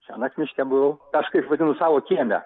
šianakt miške buvau aš kaip vadinu savo kieme